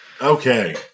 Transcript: Okay